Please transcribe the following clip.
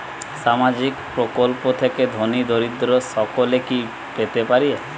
সামাজিক প্রকল্প থেকে ধনী দরিদ্র সকলে কি পেতে পারে?